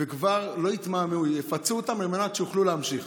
ולא יתמהמהו, יפצו אותם על מנת שיוכלו להמשיך.